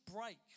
break